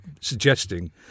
suggesting